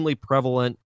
Prevalent